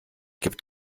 gibt